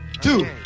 Two